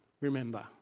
remember